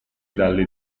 dalle